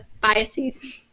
biases